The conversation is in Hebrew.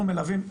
אנחנו מלווים,